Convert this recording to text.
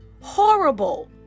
horrible